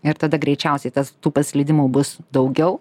ir tada greičiausiai tas tų paslydimų bus daugiau